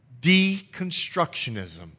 deconstructionism